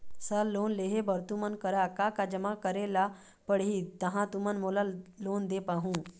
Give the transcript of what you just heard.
Sir loan लेहे बर तुमन करा का का जमा करें ला पड़ही तहाँ तुमन मोला लोन दे पाहुं?